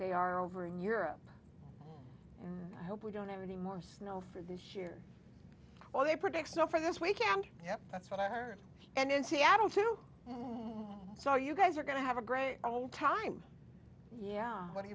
they are over in europe i hope we don't have any more snow for this year well there predicts no for this weekend that's what i heard and in seattle too so you guys are going to have a grand old time yeah what do